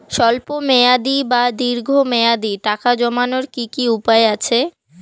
স্বল্প মেয়াদি বা দীর্ঘ মেয়াদি টাকা জমানোর কি কি উপায় আছে?